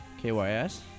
K-Y-S